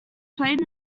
played